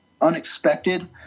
unexpected